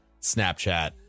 snapchat